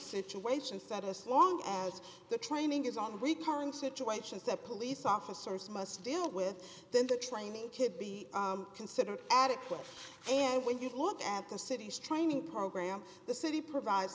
situations that as long as the training is on recurring situations that police officers must deal with then the training kit be considered adequate and when you look at the city's training program the city provide